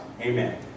Amen